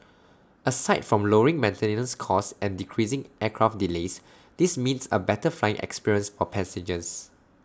aside from lowering maintenance costs and decreasing aircraft delays this means A better flying experience or passengers